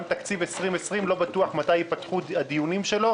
גם תקציב 2020 לא בטוח מתי ייפתחו הדיונים שלו,